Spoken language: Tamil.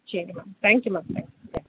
சரி மேம் தேங்க்கியூ மேம் தேங்க்கியூ